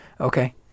Okay